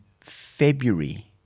February